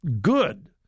good